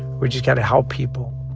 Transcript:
we've just got to help people